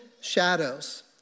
shadows